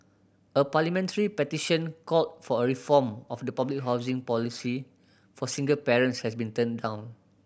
a parliamentary petition call for a reform of the public housing policy for single parents has been turned down